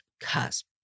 cusp